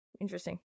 interesting